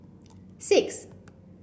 six